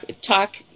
talk